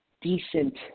decent